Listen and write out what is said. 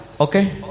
Okay